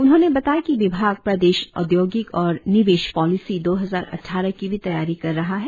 उन्होंने बताया कि विभाग प्रदेश औद्योगिक और निवेश पॉलिसी दो हजार अट्ठारह की भी तैयारी कर रहा है